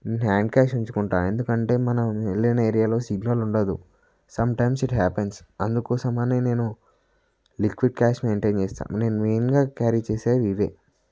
hand cash ఉంచుకుంటాను ఎందుకంటే మనం వెళ్ళిన ఏరియాలో సిగ్నల్ ఉండదు సమ్ టైమ్స్ ఇట్ హపెన్స్ అందుకోసం అనే నేను లిక్విడ్ కాష్ మెయింటైన్ చేస్తాను నేను మెయిన్గా క్యారీ చేసేవి ఇవే